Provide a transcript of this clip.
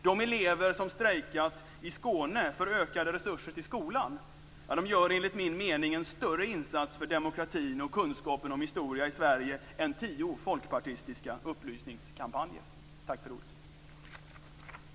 De elever som strejkat i Skåne för ökade resurser till skolan gör enligt min mening en större insats för demokratin och kunskapen om historia i Sverige än tio folkpartistiska upplysningskampanjer. Tack för ordet.